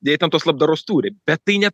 jie ten tos labdaros turi bet tai ne